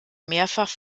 mehrfach